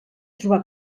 trobar